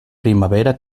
primavera